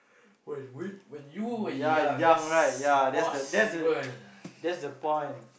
when we when you were young that's possible